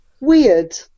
weird